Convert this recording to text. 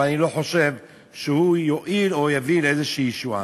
אבל אני לא חושב שהוא יועיל או יוביל לאיזושהי ישועה.